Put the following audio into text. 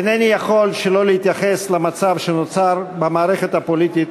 אינני יכול שלא להתייחס למצב שנוצר במערכת הפוליטית